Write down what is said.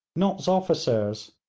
nott's officers,